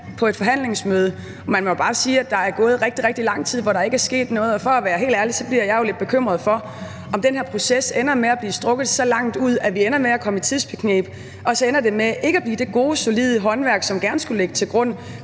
på et forhandlingsmøde. Man må jo bare sige, at der er gået rigtig, rigtig lang tid, hvor der ikke er sket noget. Og for at være helt ærlig bliver jeg jo lidt bekymret for, om den her proces ender med at blive trukket så langt ud, at vi ender med at komme i tidsbekneb – og det så ender med ikke at blive det gode, solide håndværk, som gerne skulle ligge til grund